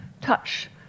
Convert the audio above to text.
Touch